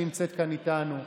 שנמצאת כאן איתנו,